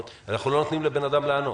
אבל אנחנו לא נותנים לאדם לענות.